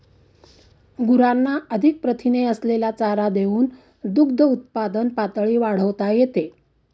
गुरांना अधिक प्रथिने असलेला चारा देऊन दुग्धउत्पादन पातळी वाढवता येते